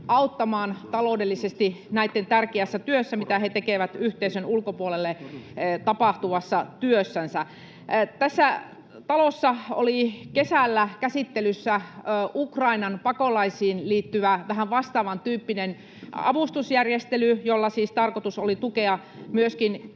auttamaan taloudellisesti siinä tärkeässä työssä, mitä he tekevät yhteisön ulkopuolelle tapahtuvassa työssänsä. Tässä talossa oli kesällä käsittelyssä Ukrainan pakolaisiin liittyvä vähän vastaavan tyyppinen avustusjärjestely, jolla siis tarkoitus oli tukea myöskin sitä